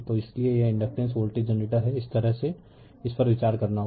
तो इसीलिए यह इंडकटेंस वोल्टेज जनरेटर है इस तरह से इस पर विचार करना होगा